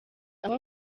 aho